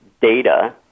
data